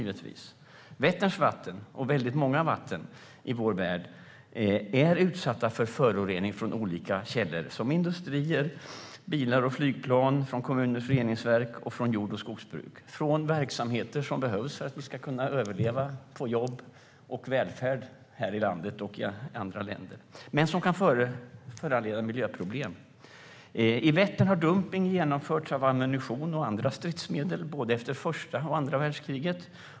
Vätterns vatten är, liksom väldigt mycket annat vatten i vår värld, utsatt för förorening från olika källor, såsom industrier, bilar, flygplan, kommuners reningsverk och jord och skogsbruk - verksamheter som behövs för att vi ska kunna överleva och få jobb och välfärd här i landet och i andra länder, men som kan föranleda miljöproblem. I Vättern har dumpning av ammunition och andra stridsmedel genomförts efter både första och andra världskriget.